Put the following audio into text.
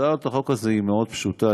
הצעת החוק הזאת היא מאוד פשוטה.